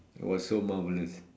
it was so marvellous